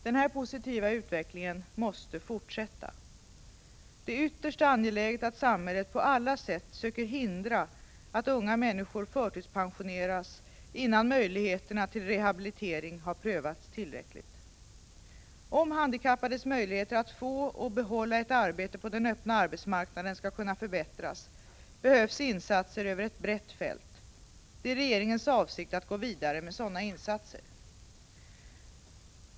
Den här positiva utvecklingen måste fortsätta. Det är ytterst angeläget att samhället på alla sätt söker hindra att unga människor förtidspensioneras innan möjligheterna till rehabilitering har prövats tillräckligt. Om handikappades möjligheter att få och behålla ett arbete på den öppna arbetsmarknaden skall kunna förbättras, behövs insatser över ett brett fält. Det är regeringens avsikt att gå vidare med sådana insatser.